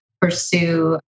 Pursue